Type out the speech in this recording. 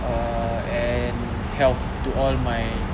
err and health to all my